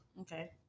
Okay